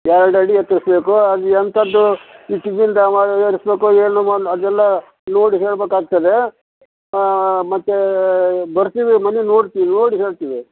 ಎರಡು ಅಡಿ ಎತ್ತರಿಸ್ಬೇಕು ಅದು ಎಂಥದ್ದು ಇಟ್ಗೆಯಿಂದ ಮಾಡಿ ಏರಿಸ್ಬೇಕು ಏನು ಅದೆಲ್ಲ ನೋಡಿ ಹೇಳಬೇಕಾಗ್ತದೆ ಮತ್ತು ಬರ್ತೀವಿ ಮನೆ ನೋಡ್ತೀವಿ ನೋಡಿ ಹೇಳ್ತೀವಿ